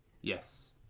yes